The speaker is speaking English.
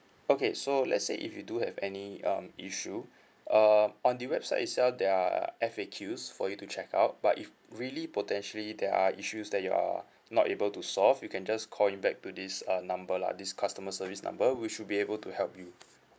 okay so let's say if you do have any um issue err on the website itself there are F_A_Q for you to check out but if really potentially there are issues that you are not able to solve you can just call in back to this uh number lah this customer service number we should be able to help you